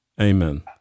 Amen